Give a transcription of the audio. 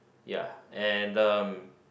ya and um